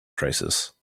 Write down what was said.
crisis